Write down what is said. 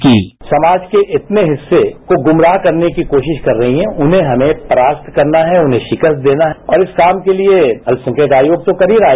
bite Naqvi समाज के इतने हिस्से को गुमराह करने की कोशिश कर रहे हैं उन्हें हमें परास्त करना है उन्हे शिकस्त देना है और इस काम के लिए अल्पसंख्यक आयोग तो कर ही रहा है